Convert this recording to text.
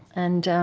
and